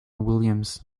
williams